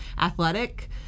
athletic